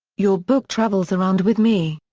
your book travels around with me.